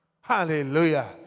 Hallelujah